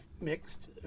mixed